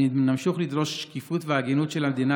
אנחנו נמשיך לדרוש שקיפות והגינות של המדינה